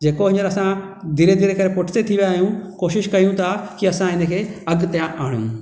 जेको हींअर असां धीरे धीरे करे पुठिते थी विया आहियूं कोशिशि कयूं था की असां हिन खे अॻिते आणियूं